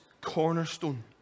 cornerstone